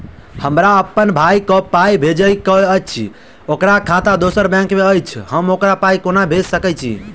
हमरा अप्पन भाई कऽ पाई भेजि कऽ अछि, ओकर खाता दोसर बैंक मे अछि, हम ओकरा पाई कोना भेजि सकय छी?